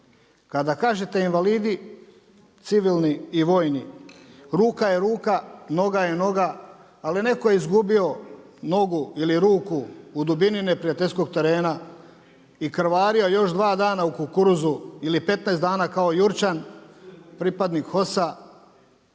Kada kažete invalidi civilni i vojni, ruka je ruka, noga je noga, ali neko je izgubio nogu ili ruku u dubini neprijateljskog terena i krvario još dva dana u kukuruzu ili 15 dana kao Jurčan pripadnik HOS-a.